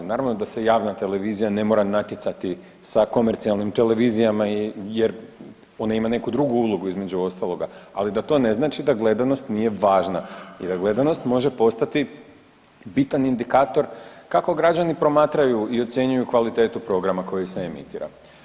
Naravno da se javna televizija ne mora natjecati sa komercijalnim televizijama jer ona ima neku drugu ulogu, između ostaloga, ali da to ne znači da gledanost nije važna i da gledanost može postati bitan indikator kako građani promatraju i ocjenjuju kvalitetu programa koji se emitira.